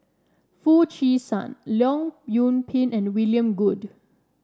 Foo Chee San Leong Yoon Pin and William Goode